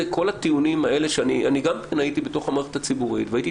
אני גם הייתי במערכת הציבורית והייתי